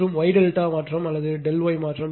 மற்றும் Y ∆ மாற்றம் அல்லது ∆ Y மாற்றம்